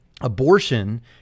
abortion